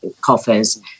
coffers